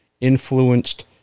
influenced